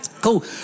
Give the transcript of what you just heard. Cool